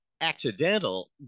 accidental